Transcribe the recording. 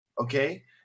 Okay